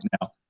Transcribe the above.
now